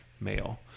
male